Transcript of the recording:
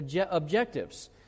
objectives